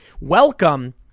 Welcome